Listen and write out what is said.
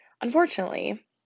Unfortunately